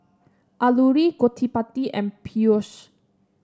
Alluri Gottipati and Peyush